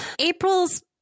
April's